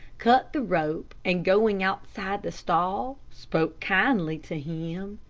cut the rope and going outside the stall spoke kindly to him.